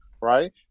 Right